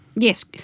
Yes